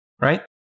right